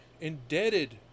indebted